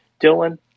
Dylan